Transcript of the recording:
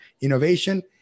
innovation